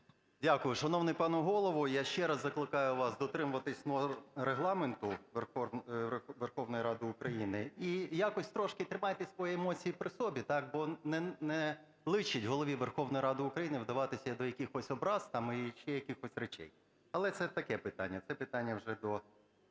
Дякую. Шановний пане Голово, я ще раз закликаю вас дотримуватись Регламенту Верховної Ради України, і якось трошки тримайте свої емоції при собі, бо не личить Голові Верховної Ради України вдаватися до якихось образ і ще якихось речей. Але це таке питання, це питання вже до